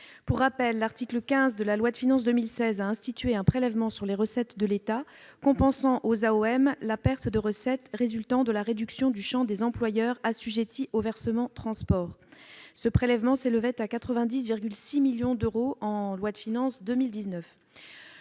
Pour rappel, l'article 15 de la loi de finances pour 2016 a institué un prélèvement sur les recettes de l'État compensant aux AOM la perte de recettes résultant de la réduction du champ des employeurs assujettis au versement transport. Ce prélèvement s'élevait à 90,6 millions d'euros en loi de finances pour